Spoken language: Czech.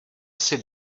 jsi